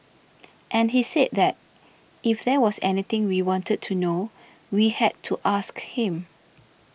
and he said that if there was anything we wanted to know we had to ask him